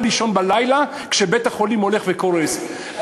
לישון בלילה כשבית-החולים הולך וקורס,